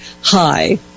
Hi